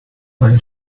when